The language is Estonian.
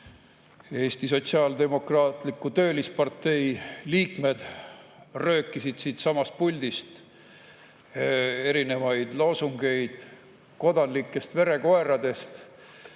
Eesti Sotsiaaldemokraatliku Töölispartei liikmed röökisid siitsamast puldist erinevaid loosungeid kodanlikest verekoeradest